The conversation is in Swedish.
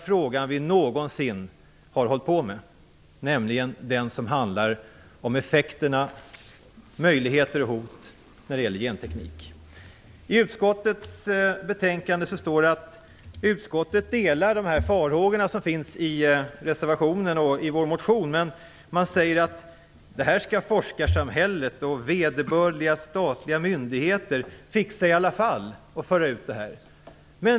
Precis som när det gällde EU-informationen skall organisationer, skolor, högskolor och företag kunna ansöka om pengar för detta ändamål. I utskottets betänkande står det att utskottet delar de farhågor som finns i reservationen och i vår motion. Men man säger att forskarsamhället och vederbörliga statliga myndigheter skall fixa att föra ut detta.